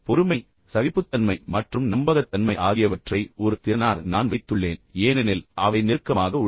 பொறுமை சகிப்புத்தன்மை மற்றும் நம்பகத்தன்மை ஆகியவற்றை ஒரு திறனாக நான் வைத்துள்ளேன் ஏனெனில் அவை ஒன்றுக்கொன்று அதிகமாகவோ அல்லது குறைவாகவோ நெருக்கமாக உள்ளன